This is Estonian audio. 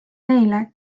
neile